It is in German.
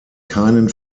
keinen